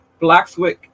Blackswick